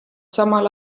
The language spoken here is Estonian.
samal